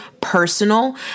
personal